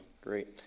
great